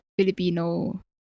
Filipino